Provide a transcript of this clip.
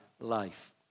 life